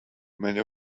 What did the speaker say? many